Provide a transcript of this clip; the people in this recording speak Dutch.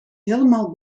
helemaal